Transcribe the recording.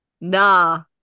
nah